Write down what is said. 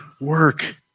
work